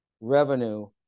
revenue